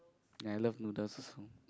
and I love noodles also